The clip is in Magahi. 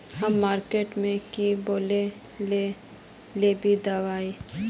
हम मार्किट में की बोल के लेबे दवाई?